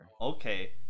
Okay